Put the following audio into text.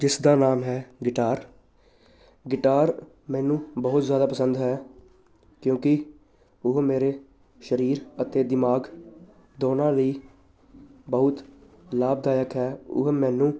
ਜਿਸ ਦਾ ਨਾਮ ਹੈ ਗੀਟਾਰ ਗੀਟਾਰ ਮੈਨੂੰ ਬਹੁਤ ਜ਼ਿਆਦਾ ਪਸੰਦ ਹੈ ਕਿਉਂਕਿ ਉਹ ਮੇਰੇ ਸਰੀਰ ਅਤੇ ਦਿਮਾਗ ਦੋਨਾਂ ਲਈ ਬਹੁਤ ਲਾਭਦਾਇਕ ਹੈ ਉਹ ਮੈਨੂੰ